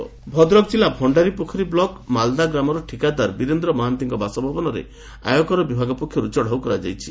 ଚଢ଼ଉ ଭଦ୍ରକ ଜିଲ୍ଲା ଭିଆରୀପୋଖରୀ ବ୍ଲକ ମାଳଦା ଗ୍ରାମର ଠିକାଦାର ବୀରେନ୍ଦ୍ ମହାନ୍ତିଙ୍କ ବାସଭବନରେ ଆୟକର ବିଭାଗ ପକ୍ଷର୍ ଚଢ଼ଉ କରାଯାଇଛି